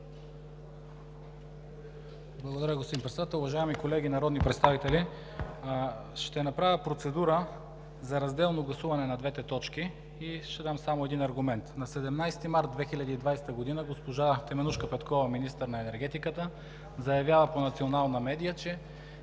Благодаря, господин Председател. Уважаеми колеги народни представители, ще направя процедура за разделно гласуване на двете точки и ще дам само един аргумент. На 17 март 2020 г. госпожа Теменужка Петкова – министър на енергетиката, заявява по национална медия, че